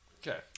Okay